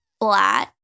flat